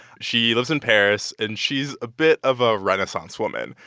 she lives in paris, and she's a bit of a renaissance woman.